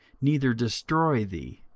neither destroy thee,